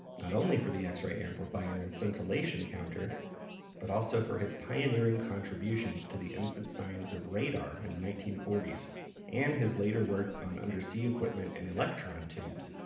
not only for the x-ray amplifier and scintillation counter but also for his pioneering contributions to the infant science of radar in the nineteen forty s and his later work on undersea equipment and electron tubes,